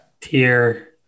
Tier